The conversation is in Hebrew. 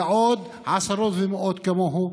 ועוד עשרות ומאות כמוהו,